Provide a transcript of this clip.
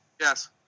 Yes